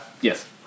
Yes